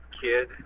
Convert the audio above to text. kid